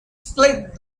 split